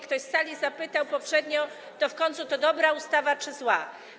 Ktoś z sali zapytał poprzednio: To w końcu dobra ustawa, czy zła?